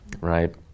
Right